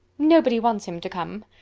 nobody wants him to come.